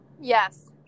Yes